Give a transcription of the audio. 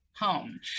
home